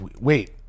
Wait